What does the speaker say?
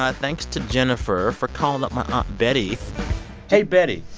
ah thanks to jenifer for calling up my aunt betty hey, betty.